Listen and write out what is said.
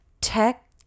Tech